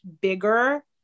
bigger